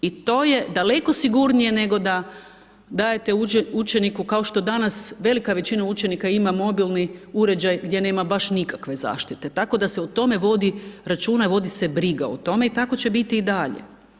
I to je daleko sigurnije nego da dajete učeniku kao što danas velik većina ima mobilni uređaj gdje nema baš nikakve zaštite, tako da se o tome vodi računa i vodi se briga o tome i tako će biti i dalje.